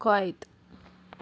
Kuwait